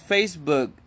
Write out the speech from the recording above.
Facebook